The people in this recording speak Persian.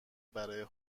برا